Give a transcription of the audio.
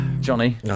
Johnny